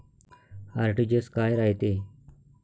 RTGS काय रायते?